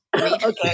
okay